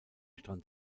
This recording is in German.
strand